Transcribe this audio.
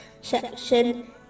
section